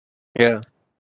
yeah